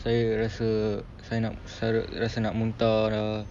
saya rasa saya nak saya nak rasa nak muntah lah